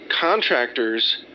contractors